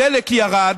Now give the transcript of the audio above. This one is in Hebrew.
הדלק ירד,